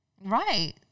Right